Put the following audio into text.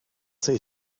say